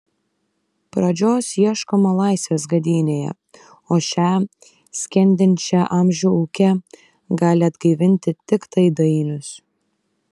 pradžios ieškoma laisvės gadynėje o šią skendinčią amžių ūke gali atgaivinti tiktai dainius